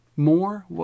More